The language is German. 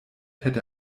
hätte